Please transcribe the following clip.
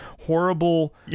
horrible